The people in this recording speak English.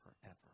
forever